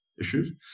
issues